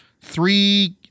three